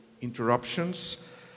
Interruptions